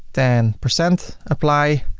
ten percent, apply